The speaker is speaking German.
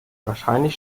wahrscheinlich